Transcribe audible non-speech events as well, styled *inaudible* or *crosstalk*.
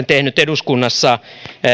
*unintelligible* tehnyt eduskunnassa